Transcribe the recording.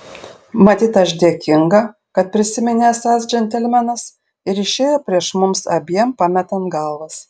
matyt aš dėkinga kad prisiminė esąs džentelmenas ir išėjo prieš mums abiem pametant galvas